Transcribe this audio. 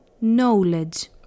knowledge